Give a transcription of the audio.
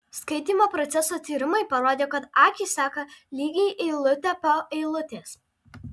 skaitymo proceso tyrimai parodė kad akys seka lygiai eilutę po eilutės